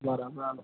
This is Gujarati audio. બરા બરાબર